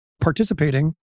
participating